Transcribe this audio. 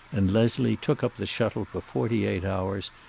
and leslie took up the shuttle for forty-eight hours,